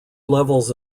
levels